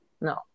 No